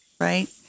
right